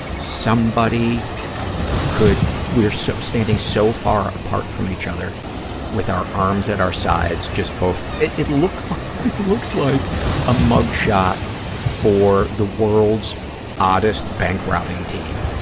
somebody could, we're so standing so far apart from each other with our arms at our sides, just both, it it looked like, it looks like a mug shot for the world's oddest bank-robbing team.